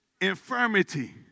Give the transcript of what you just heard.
infirmity